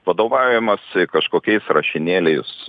vadovaujamasi kažkokiais rašinėliais